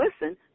listen